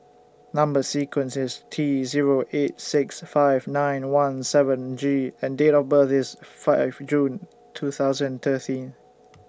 Number sequence IS T Zero eight six five nine one seven G and Date of birth IS five June two thousand and thirteen